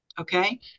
Okay